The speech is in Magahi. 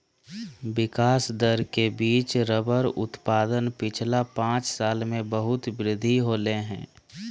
विकास दर के बिच रबर उत्पादन पिछला पाँच साल में बहुत वृद्धि होले हें